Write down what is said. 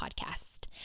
podcast